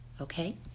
okay